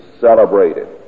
celebrated